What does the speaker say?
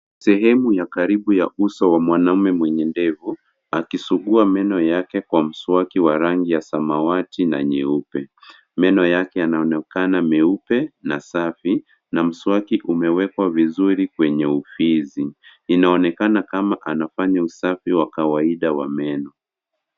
Sehemu ya karibu ya uso wa mwanaume mwenye ndevu, akisugua meno yake kwa mswaki wa rangi ya samawati na nyeupe. Meno yake yanaonekana meupe na safi, na mswaki umewekwa vizuri kwenye ufizi. Inaonekana kama anafanya usafi wa kawaida wa meno.